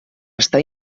està